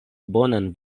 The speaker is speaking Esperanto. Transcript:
bonan